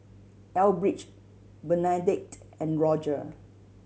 Elbridge Bernadette and Roger